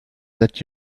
that